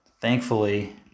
thankfully